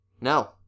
No